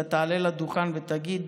אתה תעלה לדוכן ותגיד: